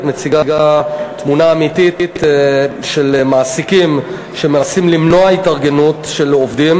את מציגה תמונה אמיתית של מעסיקים שמנסים למנוע התארגנות של עובדים,